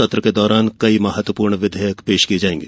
सत्र के दौरान कई महत्वपूर्ण विधेयक पेश किये जाएंगे